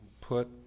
put